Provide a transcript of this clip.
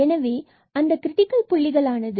எனவே அவை கிரிட்டிக்கல் புள்ளிகள் ஆகும்